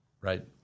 right